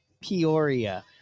Peoria